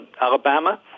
Alabama